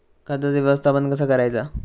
खताचा व्यवस्थापन कसा करायचा?